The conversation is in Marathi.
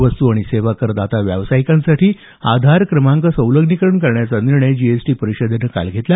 वस्तू आणि सेवा करदाता व्यावसायिकांसाठी आधार क्रमांक संलंग्रीकरण करण्याचा निर्णय जीएसटी परिषदेनं काल घेतला